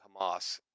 Hamas